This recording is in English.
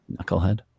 Knucklehead